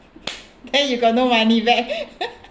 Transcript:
then you got no money back